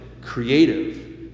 creative